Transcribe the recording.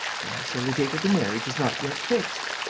sir, the date of the marriage is not yet fixed.